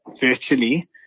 virtually